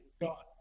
God